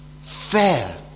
fair